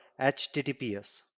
https